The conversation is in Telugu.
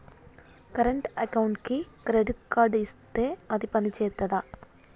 కరెంట్ అకౌంట్కి క్రెడిట్ కార్డ్ ఇత్తే అది పని చేత్తదా?